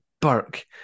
burk